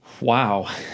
wow